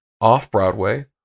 off-Broadway